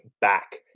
back